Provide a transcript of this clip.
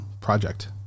project